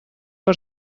per